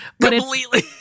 Completely